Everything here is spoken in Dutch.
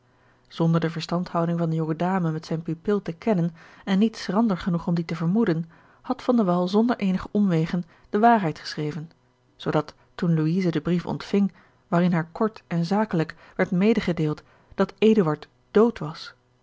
zonder de verstandhouding van de jonge dame met zijn pupil te kennen en niet schrander genoeg om die te vermoeden had van de wall zonder eenige omwegen de waarheid geschreven zoodat toen louise den brief ontving waarin haar kort en zakelijk werd medegedeeld dat eduard dood was